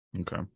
Okay